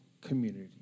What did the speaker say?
community